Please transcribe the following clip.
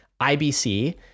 IBC